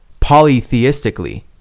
polytheistically